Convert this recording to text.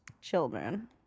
children